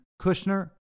Kushner